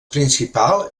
principal